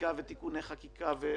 לחקיקה ולתיקוני חקיקה.